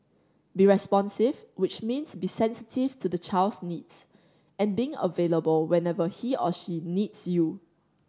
be responsive which means be sensitive to the child's needs and being available whenever he or she needs you